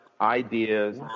ideas